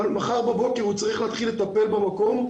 אבל מחר בבוקר הוא צריך להתחיל לטפל במקום,